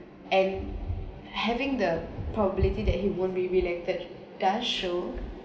and having the probability that he won't be re-elected does show